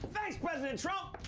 thanks, president trump.